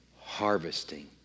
harvesting